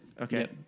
okay